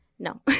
No